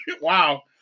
Wow